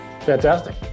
Fantastic